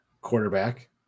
Quarterback